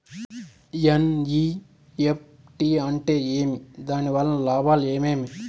NEFT అంటే ఏమి? దాని వలన లాభాలు ఏమేమి